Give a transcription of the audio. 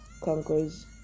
conquers